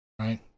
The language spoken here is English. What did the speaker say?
right